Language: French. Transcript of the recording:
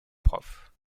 prof